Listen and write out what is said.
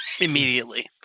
Immediately